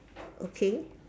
okay